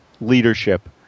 leadership